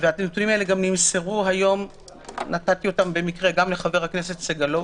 והנתונים האלה גם נתתי אותם במקרה גם לחבר הכנסת סגלוביץ'